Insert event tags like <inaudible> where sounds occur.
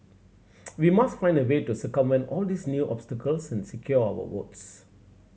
<noise> we must find a way to circumvent all these new obstacles and secure our votes